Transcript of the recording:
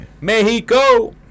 Mexico